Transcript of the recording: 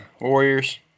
Warriors